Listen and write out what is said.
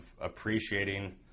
appreciating